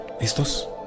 ¿Listos